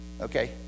okay